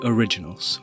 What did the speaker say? Originals